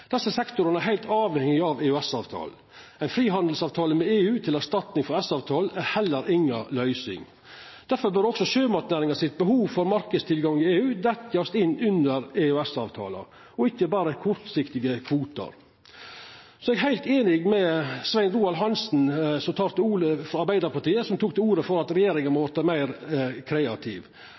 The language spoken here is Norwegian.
Desse sektorane er heilt avhengige av EØS-avtalen. Ein frihandelsavtale med EU til erstatning for EØS-avtalen er heller inga løysing. Difor bør også sjømatnæringa sitt behov for marknadstilgang til EU verta dekt inn under EØS-avtalen, og ikkje berre kortsiktige kvotar. Eg er heilt einig med Svein Roald Hansen frå Arbeidarpartiet, som tok til orde for at regjeringa må vera meir kreativ.